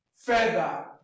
further